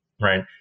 right